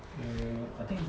err I think